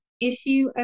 issue